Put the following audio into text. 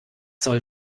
soll